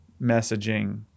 messaging